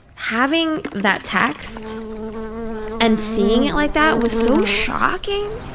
having that text and seeing it like that was so shocking.